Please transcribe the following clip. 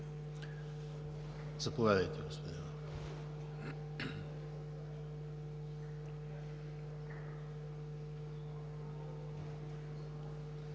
Заповядайте, господин